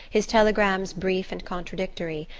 his telegrams brief and contradictory,